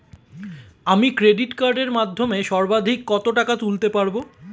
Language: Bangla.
আমি ক্রেডিট কার্ডের মাধ্যমে সর্বাধিক কত টাকা তুলতে পারব?